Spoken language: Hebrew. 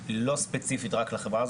היא לא ספציפית רק לחברה,